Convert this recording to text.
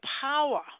power